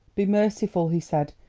be merciful, he said,